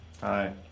Hi